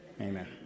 Amen